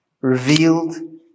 revealed